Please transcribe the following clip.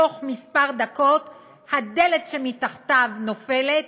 בתוך דקות מספר הדלת שמתחתיו נופלת,